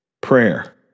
Prayer